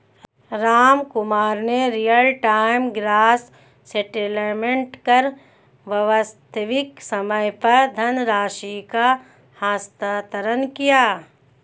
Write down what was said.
रामकुमार ने real time gross settlement कर वास्तविक समय पर धनराशि का हस्तांतरण किया